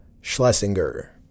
Schlesinger